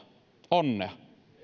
onnea